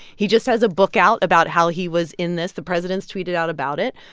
he just has a book out about how he was in this. the president's tweeted out about it.